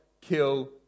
kill